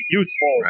useful